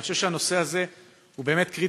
אני חושב שהנושא הזה באמת קריטי,